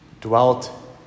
Dwelt